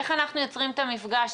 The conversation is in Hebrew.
איך אנחנו יוצרים את המפגש?